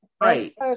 Right